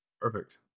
Perfect